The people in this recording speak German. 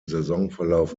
saisonverlauf